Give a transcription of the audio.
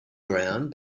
ground